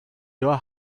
your